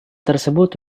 tersebut